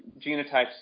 genotypes